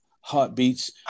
heartbeats